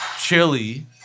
chili